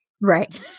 right